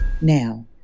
Now